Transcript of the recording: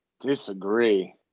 Disagree